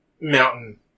mountain